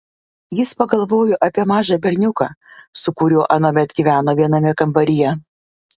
jis pagalvojo apie mažą berniuką su kuriuo anuomet gyveno viename kambaryje